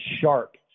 sharp